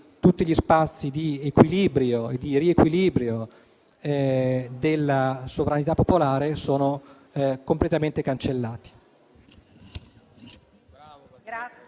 tutti gli spazi di equilibrio e di riequilibrio della sovranità popolare sono completamente cancellati.